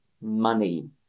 money